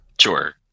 Sure